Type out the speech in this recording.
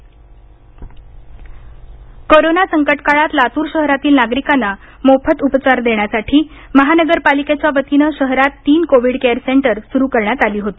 मोफत सुविधा लातूर कोरोना संकटकाळात लातूर शहरातील नागरिकांना मोफत उपचार देण्यासाठी महानगरपालिकेच्या वतीनं शहरात तीन कोविड केअर सेंटर सुरू करण्यात आली होती